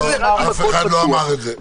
אף אחד לא אמר את זה.